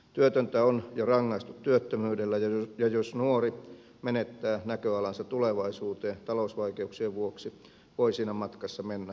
työtöntä on jo rangaistu työttömyydellä ja jos nuori menettää näköalansa tulevaisuuteen talousvaikeuksien vuoksi voi siinä matkassa mennä koko loppuelämä